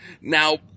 Now